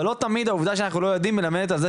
אבל לא תמיד העובדה שאנחנו לא יודעים מלמדת על זה